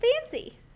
fancy